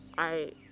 i,